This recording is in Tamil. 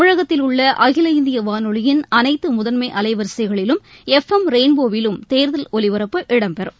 தமிழகத்தில் உள்ள அகில இந்திய வானொலியின் அனைத்து முதன்மை அலைவரிசைகளிலும் எப் எம் ரெயின்போவிலும் தேர்தல் ஒலிபரப்பு இடம்பெறும்